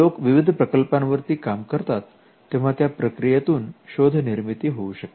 लोक विविध प्रकल्पांवरती काम करतात तेव्हा त्या प्रक्रियेतून शोध निर्मिती होऊ शकते